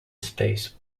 space